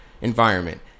environment